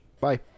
Bye